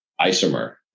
isomer